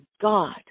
God